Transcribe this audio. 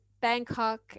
Bangkok